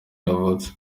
yavutse